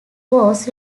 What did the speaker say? was